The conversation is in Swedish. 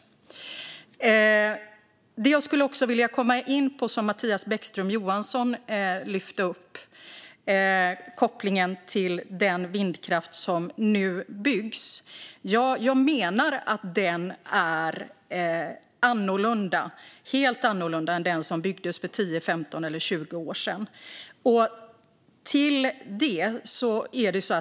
Det jag också vill komma in på, som Mattias Bäckström Johansson lyfte upp, gäller kopplingen till den vindkraft som nu byggs. Jag menar att den är helt annorlunda än den vindkraft som byggdes för 10-20 år sedan.